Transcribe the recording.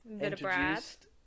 introduced